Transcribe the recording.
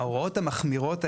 ההוראות המחמירות האלה,